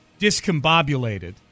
discombobulated